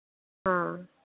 हाँ